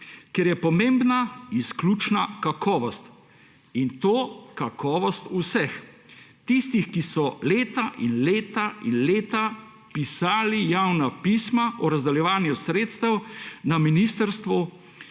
ker je pomembna izključno kakovost, in to kakovost vseh tistih, ki so leta in leta in leta pisali javna pisma o razdeljevanju sredstev na ministrstvu,